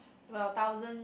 well thousand